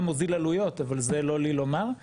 גם מוזיל עלויות אבל זה לא לי לומר,